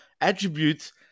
attributes